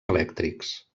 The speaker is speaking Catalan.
elèctrics